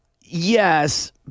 yes